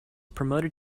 promoted